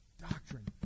doctrine